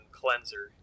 cleanser